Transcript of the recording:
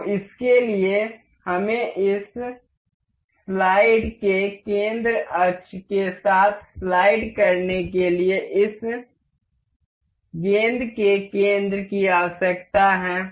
तो इसके लिए हमें इस स्लाइड के केंद्र अक्ष के साथ स्लाइड करने के लिए इस गेंद के केंद्र की आवश्यकता है